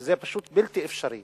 שזה פשוט בלתי אפשרי